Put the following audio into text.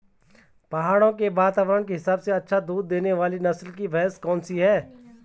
पहाड़ों के वातावरण के हिसाब से अच्छा दूध देने वाली नस्ल की भैंस कौन सी हैं?